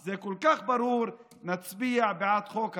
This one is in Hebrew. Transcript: זה כל כך ברור, נצביע בעד חוק הוותמ"ל.